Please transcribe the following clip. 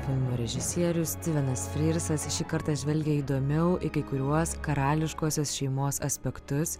filmo režisierius stivenas frircas šį kartą žvelgia įdomiau į kai kuriuos karališkosios šeimos aspektus